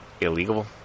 illegal